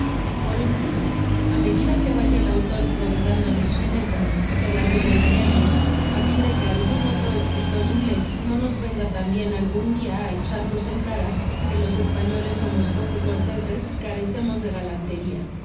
por último a medida que vaya el autor prodigandonos finezas se las devolveremos a fia de que algún otro escritor ingles no nos venga tambien algún dia echarnos en cara que los españoles sernos poco corteses y catecemos de galanteria